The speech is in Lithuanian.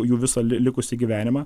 jų visą likusį gyvenimą